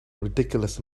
ridiculous